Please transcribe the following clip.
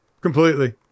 completely